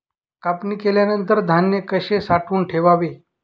कापणी केल्यानंतर धान्य कसे साठवून ठेवावे?